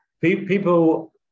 people